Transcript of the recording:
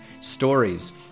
stories